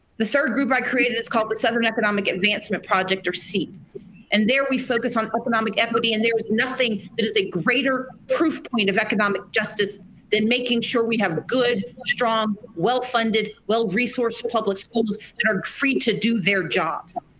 the third group i created is called the southern economic advancement project or seap and there we focus on economic equity and there was nothing that is a greater proof point of economic justice than making sure we have a good, strong well-funded, well resourced public schools that are free to do their jobs.